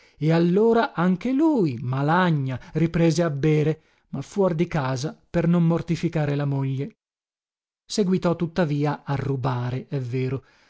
e allora anche lui malagna riprese a bere ma fuor di casa per non mortificare la moglie seguitò tuttavia a rubare è vero